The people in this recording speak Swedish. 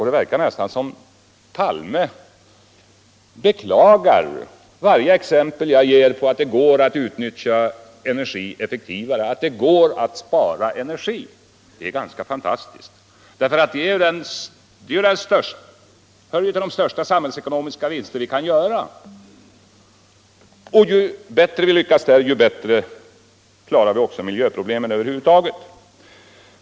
Det verkar nästan som om herr Palme beklagar varje exempel jag ger på att det går att utnyttja energi effektivare, på att det går att spara energi. Det är ganska fantastiskt, för det hör ju till de största samhällsekonomiska vinster vi kan göra. Och ju bättre vi lyckas där, desto bättre klarar vi också miljöproblemen över huvud taget.